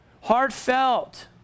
heartfelt